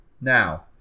now